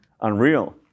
unreal